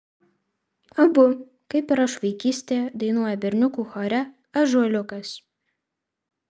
abu kaip ir aš vaikystėje dainuoja berniukų chore ąžuoliukas